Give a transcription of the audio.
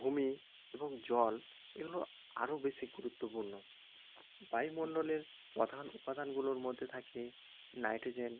ভূমি এবং জল এগুলো আরও বেশি গুরুত্বপূর্ণ বায়ুমন্ডলের পধান উপাদানগুলোর মধ্যে থাকে নাইট্রোজেন